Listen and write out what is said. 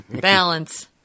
Balance